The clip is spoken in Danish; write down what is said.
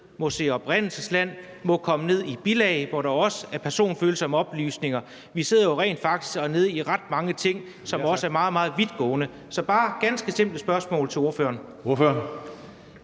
og oprindelsesland eller må komme ned i bilagene, hvor der også er personfølsomme oplysninger? Vi sidder jo rent faktisk og er nede i ret mange ting, som også er meget, meget omfattende. Så det er bare mit ganske simple spørgsmål til ordføreren.